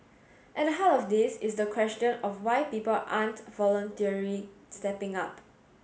at the heart of this is the question of why people aren't voluntarily stepping up